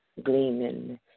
gleaming